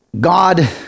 God